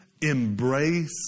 embrace